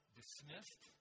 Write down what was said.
dismissed